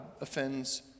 offends